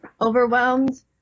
overwhelmed